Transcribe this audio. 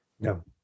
No